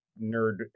nerd